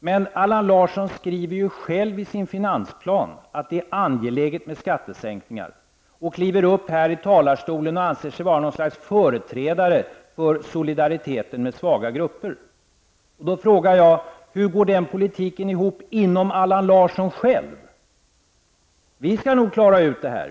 Men Allan Larsson skriver ju själv i sin finansplan att det är angeläget med skattesänkningar, och kliver upp här i talarstolen och anser sig vara något slags företrädare för solidariteten med svaga grupper. Då frågar jag: Hur går den politiken ihop inom Allan Larsson själv? Vi skall nog klara ut det här.